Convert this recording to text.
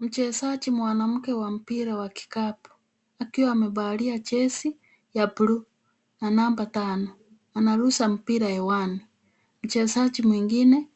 Mchezaji mwanamke wa mpira wa kikapu akiwa amevalia jezi ya blue na namba tano anarusha mpira hewani. Mchezaji mwingine